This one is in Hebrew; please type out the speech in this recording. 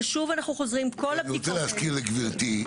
ושוב אנחנו חוזרים --- אני רוצה להזכיר לגבירתי,